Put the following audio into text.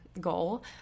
goal